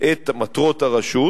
את מטרות הרשות,